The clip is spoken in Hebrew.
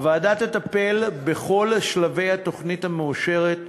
הוועדה תטפל בכל שלבי התוכנית המאושרת,